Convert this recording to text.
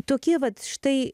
tokie vat štai